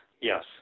Yes